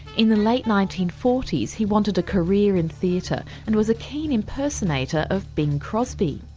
in the late nineteen forty s he wanted a career in theatre and was a keen impersonator of bing crosby.